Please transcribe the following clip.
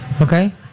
Okay